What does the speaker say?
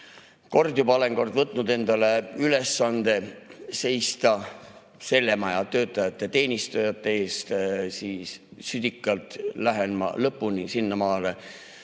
Kord juba olen võtnud endale ülesande seista selle maja töötajate, teenistujate eest ja südikalt lähen ma lõpuni sinnamaani,